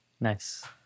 nice